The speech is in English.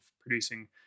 producing